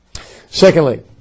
Secondly